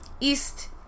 east